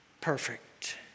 perfect